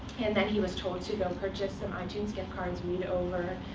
and then he was told to go purchase some ah itunes gift cards, read over